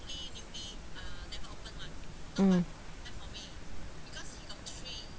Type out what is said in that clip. mm